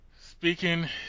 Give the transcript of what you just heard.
speaking